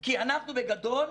כי אנחנו, בגדול,